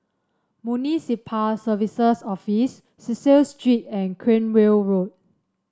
Municipal Services Office Cecil Street and Cranwell Road